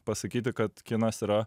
pasakyti kad kinas yra